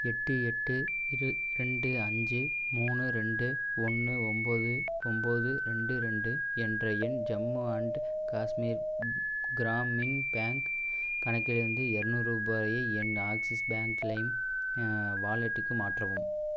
எட்டு எட்டு இருபத்ரெண்டு அஞ்சு மூணு ரெண்டு ஒன்று ஒம்பது ஒம்பது ரெண்டு ரெண்டு என்ற என் ஜம்மு அண்ட் காஷ்மீர் க்ராமின் பேங்க் கணக்கிலிருந்து இரநூறு ரூபாயை என் ஆக்ஸிஸ் பேங்க் லைம் வாலெட்டுக்கு மாற்றவும்